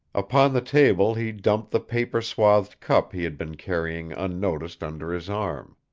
upon the table he dumped the paper-swathed cup he had been carrying unnoticed under his arm.